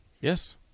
Yes